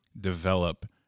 develop